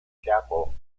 chapel